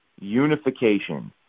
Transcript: unification